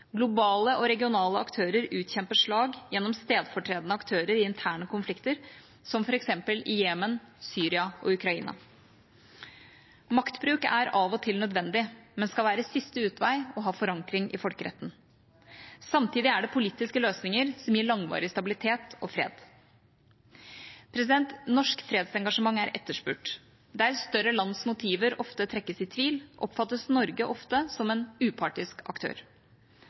Globale og regionale aktører utkjemper slag gjennom stedfortredende aktører i interne konflikter, som f.eks. i Jemen, Syria og Ukraina. Maktbruk er av og til nødvendig, men skal være siste utvei og ha forankring i folkeretten. Samtidig er det politiske løsninger som gir langvarig stabilitet og fred. Norsk fredsengasjement er etterspurt. Der større lands motiver ofte trekkes i tvil, oppfattes Norge ofte som en upartisk aktør.